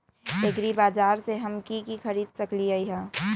एग्रीबाजार से हम की की खरीद सकलियै ह?